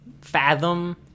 fathom